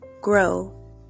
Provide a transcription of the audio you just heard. grow